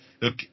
look